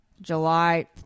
July